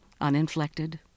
uninflected